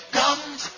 comes